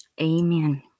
amen